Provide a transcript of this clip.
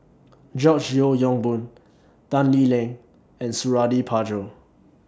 George Yeo Yong Boon Tan Lee Leng and Suradi Parjo